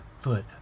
foot